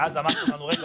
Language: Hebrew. ואז אמרתם לנו: רגע,